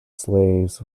slaves